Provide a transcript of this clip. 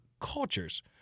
cultures